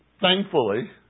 Thankfully